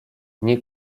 nie